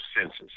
senses